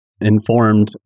informed